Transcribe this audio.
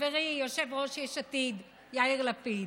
חברי יושב-ראש יש עתיד יאיר לפיד,